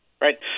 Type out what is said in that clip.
Right